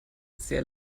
sehr